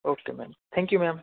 okay ma'am thank you ma'am